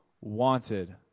wanted